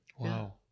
Wow